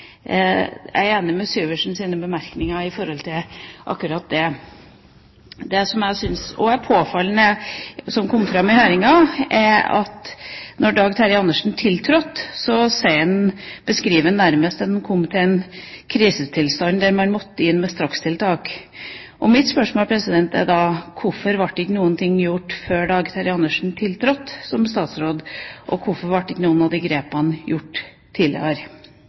Jeg er enig i Syversens bemerkninger om akkurat det. Det som jeg også syns er påfallende, som kom fram i høringen, er at da Dag Terje Andersen tiltrådte, beskriver han at det han nærmest kom til, var en krisetilstand, der man måtte inn med strakstiltak. Mitt spørsmål er da: Hvorfor ble ikke noe gjort før Dag Terje Andersen tiltrådte som statsråd, hvorfor ble ikke noen av grepene gjort tidligere?